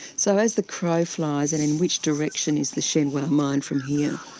so as the crow flies and in which direction is the shenhua mine from here?